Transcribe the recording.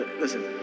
Listen